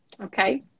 Okay